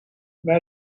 bij